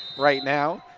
right now.